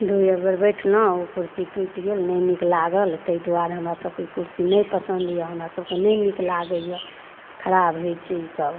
दुइ बेर बैठलहुँ ओ कुरसी टुटि गेल नहि नीक लागल ताहि दुआरे हमरासबके ई कुरसी नहि पसन्द अइ हमरासबके नहि नीक लागैए खराब होइ छै ईसब